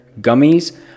gummies